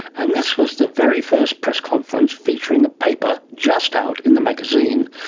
and this was the very first press conference featuring a paper just out in the magazine,